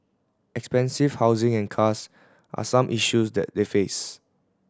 expensive housing and cars are some issues that they face